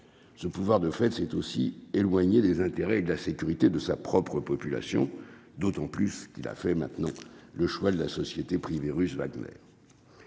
ce pouvoir de fait c'est aussi éloignés des intérêts et de la sécurité de sa propre population, d'autant plus qu'il a fait maintenant le choix de la société privée russe Wagner,